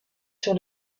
sur